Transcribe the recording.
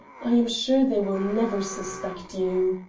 i am sure they will never suspect you.